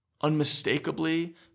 unmistakably